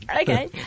Okay